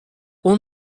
اون